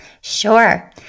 Sure